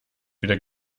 weder